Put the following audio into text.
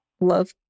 love